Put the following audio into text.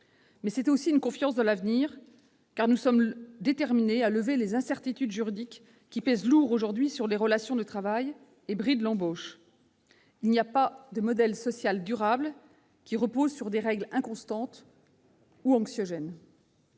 quotidiennes ? Confiance dans l'avenir, car nous sommes déterminés à lever les incertitudes juridiques qui pèsent lourdement sur les relations de travail et brident l'embauche. Il n'y a pas de modèle social durable qui repose sur des règles inconstantes ou anxiogènes.